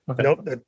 Nope